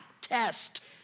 test